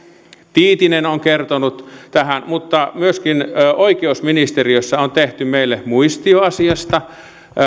tiitinen on kertonut näkemyksensä tähän mutta myöskin oikeusministeriössä on tehty meille muistio asiasta